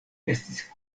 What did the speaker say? estis